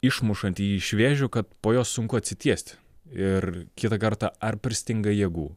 išmušanti jį iš vėžių kad po jo sunku atsitiesti ir kitą kartą ar pristinga jėgų